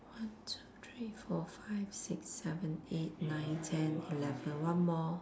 one two three four five six seven eight nine ten eleven one more